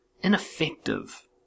ineffective